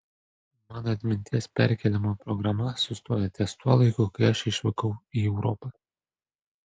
mano atminties perkėlimo programa sustoja ties tuo laiku kai aš išvykau į europą